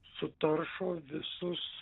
sutaršo visus